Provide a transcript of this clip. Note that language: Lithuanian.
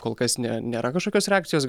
kol kas ne nėra kažkokios reakcijos gal